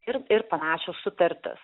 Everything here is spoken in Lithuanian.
ir panašios sutartys